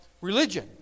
religion